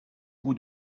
bout